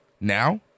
Now